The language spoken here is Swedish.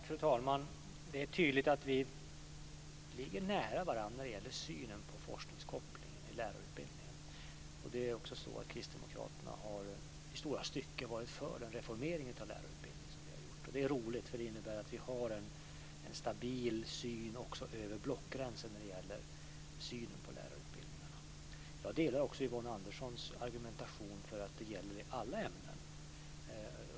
Fru talman! Det är tydligt att vi ligger nära varandra när det gäller synen på forskningskopplingen i lärarutbildningen. Kristdemokraterna har i stora stycken varit för den reformering av lärarutbildningen som vi har gjort. Det är roligt, för det innebär att vi har en stabil syn också över blockgränsen när det gäller lärarutbildningarna. Jag instämmer också i Yvonne Anderssons argumentation för att detta gäller i alla ämnen.